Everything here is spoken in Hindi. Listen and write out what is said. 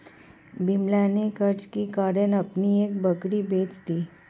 विमला ने कर्ज के कारण अपनी एक बकरी बेच दी